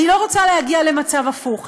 אני לא רוצה להגיע למצב הפוך,